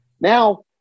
now